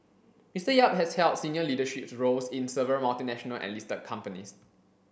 Mister Yap has held senior leadership roles in several multinational and listed companies